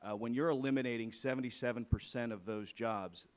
ah when you are eliminating seventy seven percent of those jobs,